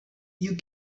you